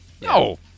No